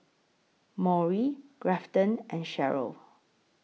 Maury Grafton and Cheryle